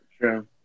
Sure